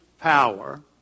power